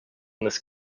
this